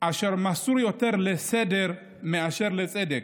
אשר מסור יותר לסדר מאשר לצדק,